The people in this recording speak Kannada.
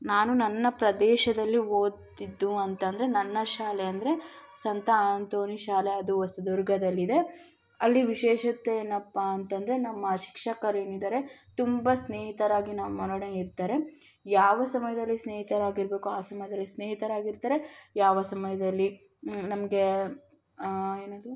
ನಾನು ನನ್ನ ಪ್ರದೇಶದಲ್ಲಿ ಓದ್ತಿದ್ದು ಅಂತ ಅಂದರೆ ನನ್ನ ಶಾಲೆ ಅಂದರೆ ಸಂತ ಆಂತೋನಿ ಶಾಲೆ ಅದು ಹೊಸದುರ್ಗದಲ್ಲಿದೆ ಅಲ್ಲಿ ವಿಶೇಷತೆ ಏನಪ್ಪಾ ಅಂತ ಅಂದರೆ ನಮ್ಮ ಶಿಕ್ಷಕರು ಏನಿದ್ದಾರೆ ತುಂಬ ಸ್ನೇಹಿತರಾಗಿ ನಮ್ಮೊಡನೆ ಇರ್ತಾರೆ ಯಾವ ಸಮಯದಲ್ಲಿ ಸ್ನೇಹಿತರಾಗಿರಬೇಕೋ ಆ ಸಮಯದಲ್ಲಿ ಸ್ನೇಹಿತರಾಗಿರ್ತಾರೆ ಯಾವ ಸಮಯದಲ್ಲಿ ನಮಗೆ ಏನದು